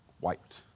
wiped